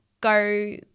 go –